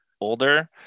older